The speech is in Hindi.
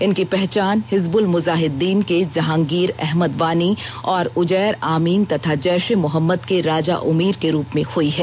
इनकी पहचान हिजबुल मुजाहिदीन के जंहागीर अहमद वानी और उजैर आमीन तथा जैश ए मोहम्मयद के राजा उमेर के रूप में हुई है